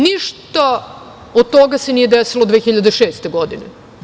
Ništa od toga se nije desilo 2006. godine.